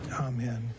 Amen